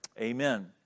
Amen